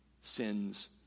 sin's